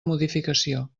modificació